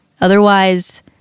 Otherwise